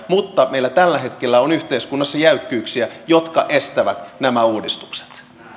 mutta meillä tällä hetkellä on yhteiskunnassa jäykkyyksiä jotka estävät nämä uudistukset